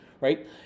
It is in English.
right